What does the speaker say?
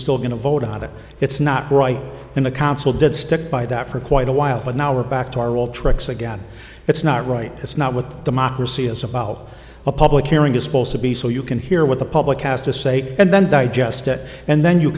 still going to vote it it's not right in the council did stick by that for quite a while but now we're back to our old tricks again it's not right it's not with democracy is about a public hearing is supposed to be so you can hear what the public has to say and then digest it and then you